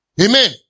Amen